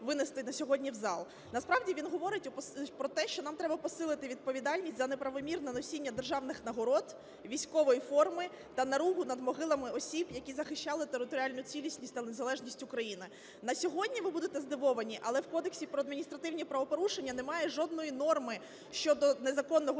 винести на сьогодні в зал. Насправді він говорить про те, що нам треба посилити відповідальність за неправомірне носіння державних нагород, військової форми та наругу над могилами осіб, які захищали територіальну цілісність та незалежність України. На сьогодні, ви будете здивовані, але в Кодексі про адміністративні правопорушення немає жодної норми щодо незаконного